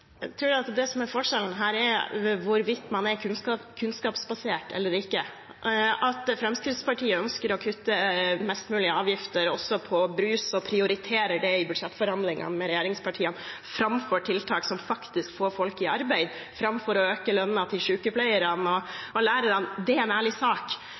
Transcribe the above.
at det som er forskjellen her, er hvorvidt man er kunnskapsbasert eller ikke. At Fremskrittspartiet ønsker å kutte mest mulig i avgifter på brus og prioriterer det i budsjettforhandlinger med regjeringspartiene framfor tiltak som faktisk kan få folk i arbeid, og framfor å øke lønnen til sykepleierne og lærerne, det er en ærlig sak,